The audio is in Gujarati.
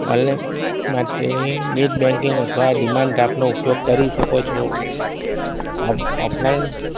ઓનલાઈન માટે નેટ બેન્કિંગ અથવા ડિમાન્ડ ડ્રાફ્ટનો ઉપયોગ કરી શકો છો ઓફલાઇન